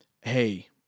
hey